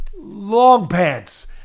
Longpants